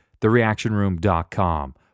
TheReactionRoom.com